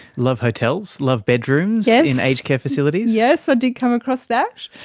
love hotels, love bedrooms yeah in aged care facilities? yes, i did come across that.